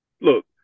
Look